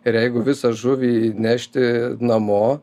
ir jeigu visą žuvį nešti namo